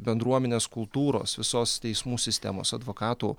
bendruomenės kultūros visos teismų sistemos advokatų